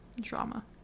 Drama